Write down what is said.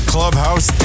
Clubhouse